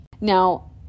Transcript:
Now